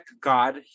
god